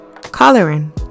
coloring